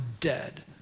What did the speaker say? dead